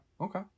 okay